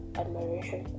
admiration